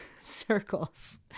circles